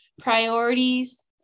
priorities